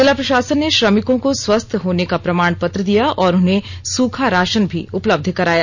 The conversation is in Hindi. जिला प्रशासन ने श्रमिकों को स्वस्थ होने का प्रमाण पत्र दिया और उन्हें सूखा राशन भी उपलब्ध कराया